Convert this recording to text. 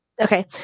Okay